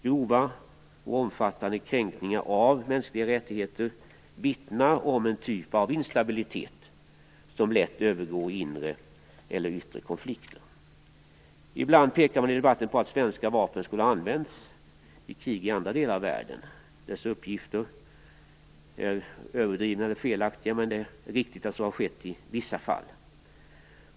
Grova och omfattande kränkningar av mänskliga rättigheter vittnar om en typ av instabilitet som lätt övergår i inre eller yttre konflikter. Ibland pekar man i debatten på att svenska vapen skulle ha använts i krig i andra delar av världen. Delvis är dessa uppgifter överdrivna eller felaktiga, men det är riktigt att så har skett i vissa fall.